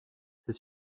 c’est